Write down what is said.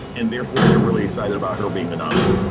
and therefore, they're really excited about her being the nominee.